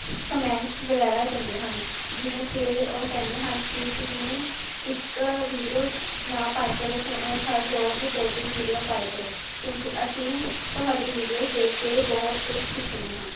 comments ਵਗੈਰਾ ਦਿੰਦੇ ਹਨ ਜਿਵੇਂ ਕਿ ਉਹ ਕਹਿੰਦੇ ਹਨ ਕਿ ਤੁਸੀਂ ਇੱਕ ਵੀਡੀਓ ਨਾ ਪਾਏ ਕਰੋ ਕਿਉਂ ਅ ਹਰ ਰੋਜ਼ ਦੋ ਤਿੰਨ ਵੀਡੀਓ ਪਾਏ ਕਰੋ ਕਿਉਂਕਿ ਅਸੀਂ ਤੁਹਾਡੀ ਵੀਡੀਓਜ਼ ਦੇਖ ਕੇ ਬਹੁਤ ਕੁਛ ਸਿੱਖਦੇ ਹਾਂ